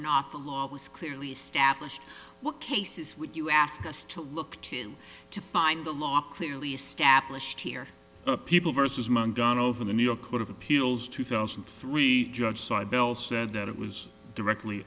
not the law was clearly established what cases would you ask us to look to to find the law clearly established here people versus mungana over the new york court of appeals two thousand and three judge cybill said that it was directly